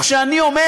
וכשאני אומר,